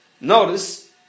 notice